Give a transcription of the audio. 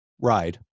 ride